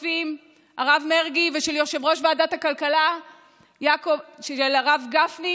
הכספים הרב מרגי ושל יושב-ראש ועדת הכלכלה הרב גפני,